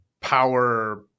power